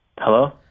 Hello